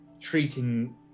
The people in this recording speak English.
treating